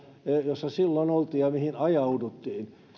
jossa silloin oltiin ja mihin ajauduttiin